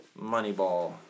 Moneyball